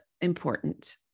important